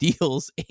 deals